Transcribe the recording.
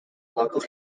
local